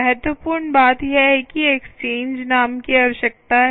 महत्वपूर्ण बात यह है कि एक्सचेंज नाम की आवश्यकता है